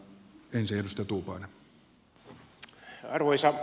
sen jälkeen ministeri